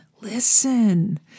listen